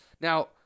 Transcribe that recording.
Now